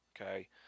okay